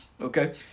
Okay